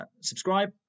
Subscribe